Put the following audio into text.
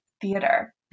theater